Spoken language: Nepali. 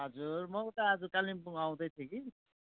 हजुर म उता आज कालिम्पोङ आउँदैथेँ कि